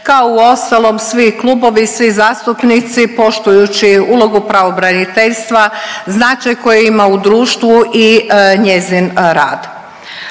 kao uostalom i svi klubovi i svi zastupnici poštujuću ulogu pravobraniteljstva, značaj koji ima u društvu i njezin rad.